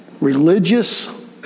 Religious